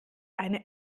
eine